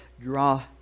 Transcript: draw